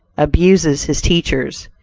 abuses his teachers,